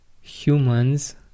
humans